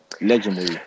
Legendary